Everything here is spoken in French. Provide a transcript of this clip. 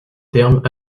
termes